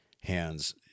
hands